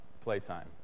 playtime